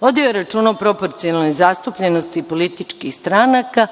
Vodio je računa o proporcionalnoj zastupljenosti političkih stranaka